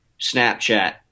Snapchat